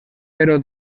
però